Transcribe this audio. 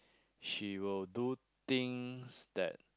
she will do things that